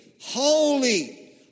holy